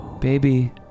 Baby